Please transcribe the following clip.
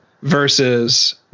Versus